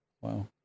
Wow